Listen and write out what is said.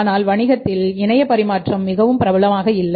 ஆனால் வணிகத்தில் இணைய பரிமாற்றம் மிகவும் பிரபலமாக இல்லை